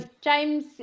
James